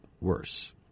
worse